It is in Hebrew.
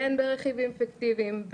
בין ברכיבים פיקטיביים,